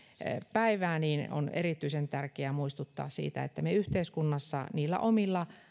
päivää on erityisen tärkeää muistuttaa siitä että me yhteiskunnassa niillä omilla